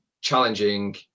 challenging